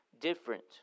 different